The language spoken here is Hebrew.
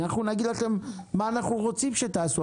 אנחנו נגיד לכם מה אנחנו רוצים שתעשו,